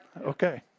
Okay